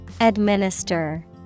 Administer